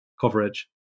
coverage